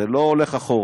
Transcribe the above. זה לא הולך אחורה,